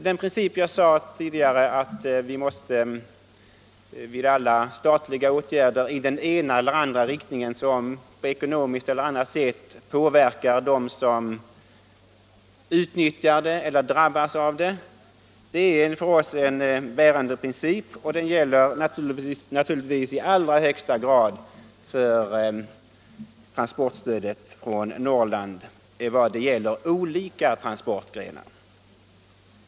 Den princip jag nämnde tidigare rörande statliga åtgärder som ekonomiskt eller på annat sätt påverkar dem som utnyttjar dessa eller drabbas därav är för oss en bärande princip, och den gäller naturligtvis också transportstödet för Norrland beträffande olika transportgrenar.